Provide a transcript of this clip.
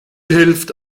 hilft